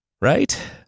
Right